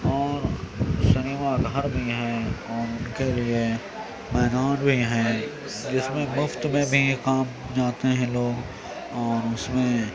اور سنیما گھر بھی ہیں اور ان کے لیے میدان بھی ہیں جس میں مفت میں بھی کام جاتے ہیں لوگ اور اس میں